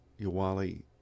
Yawali